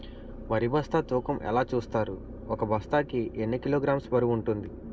వరి బస్తా తూకం ఎలా చూస్తారు? ఒక బస్తా కి ఎన్ని కిలోగ్రామ్స్ బరువు వుంటుంది?